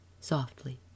softly